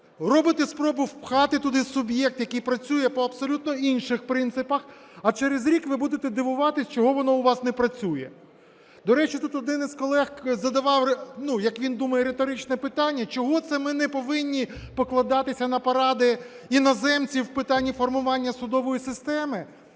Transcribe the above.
робите спробу впхати туди суб'єкт, який працює по абсолютно інших принципах. А через рік ви будете дивуватися чого воно у вас не працює. До речі, тут один із колег задавав, ну, як він думає, риторичне питання: чого це ми не повинні покладатися на поради іноземців в питанні формування судової системи?